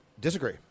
Disagree